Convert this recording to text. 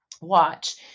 watch